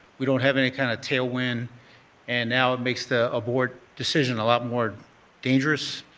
we don't have any kind of tail wind and now it makes the abort decision a lot more dangerous.